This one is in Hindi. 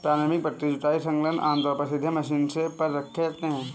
प्रारंभिक पट्टी जुताई संलग्नक आमतौर पर सीधे बोने की मशीन पर रखे जाते थे